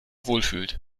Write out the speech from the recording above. wohlfühlt